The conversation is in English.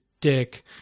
dick